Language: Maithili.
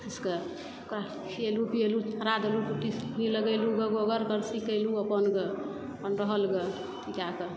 भैंस कऽ ओकरा खिएलहुँ पियेलहुँ चारा देलहुँ कुट्टी लगेलहुँ गऽ गोबर करसी केलहुँ अपन गऽ अपन रहल गऽ गाए कऽ